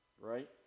Right